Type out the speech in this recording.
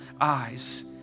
eyes